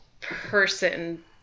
person